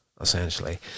Essentially